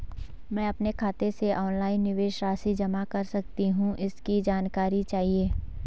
मैं अपने खाते से ऑनलाइन निवेश राशि जमा कर सकती हूँ इसकी जानकारी चाहिए?